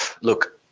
look